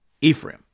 Ephraim